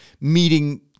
meeting